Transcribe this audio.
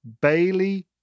Bailey